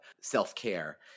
self-care